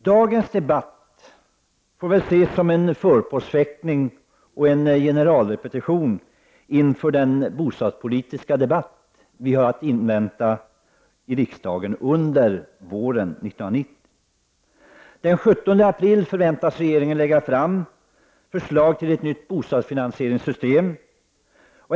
Dagens debatt får väl ses som en förpostfäktning och en generalrepetition inför den bostadspolitiska debatt vi har att vänta i riksdagen under våren 1990. Den 17 april förväntas regeringen lägga fram förslag till nytt bostadsfinansieringssystem.